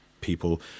people